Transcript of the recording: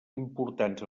importants